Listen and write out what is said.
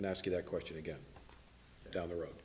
and ask that question again down the road